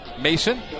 Mason